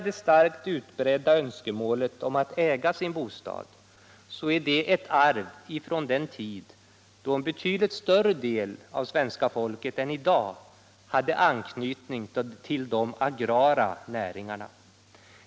Det starkt utbredda önskemålet om att äga sin bostad tror jag är ett arv från den tid då en betydligt större del av svenska folket än i dag hade anknytning till de agrara näringarna.